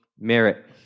merit